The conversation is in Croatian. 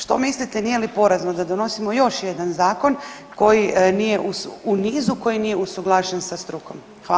Što mislite, nije li porazno da donosimo još jedan zakon koji nije u nizu koji nije usuglašen sa strukom?